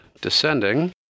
descending